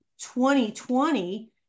2020